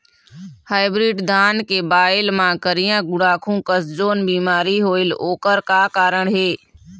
Hybrid धान के बायेल मां करिया गुड़ाखू कस जोन बीमारी होएल ओकर का कारण हे?